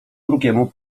drugiemu